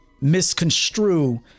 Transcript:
misconstrue